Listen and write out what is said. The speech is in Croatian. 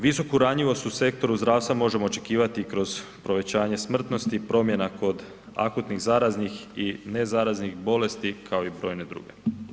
Visoku ranjivost u sektoru zdravstva možemo očekivati kroz povećanje smrtnosti, promjena kod akutnih zaraznih i nezaraznih bolesti kao i brojne druge.